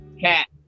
Cat